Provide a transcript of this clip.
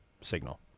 signal